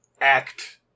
act